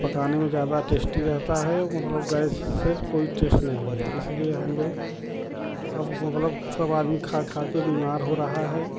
पकाने में ज़्यादा टेस्टी रहता है और मतलब गैस से कोई टेस नहीं है इसलिए हम लोग अब मतलब सब आदमी खाकर बीमार हो रहा है